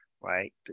right